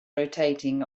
rotating